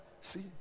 See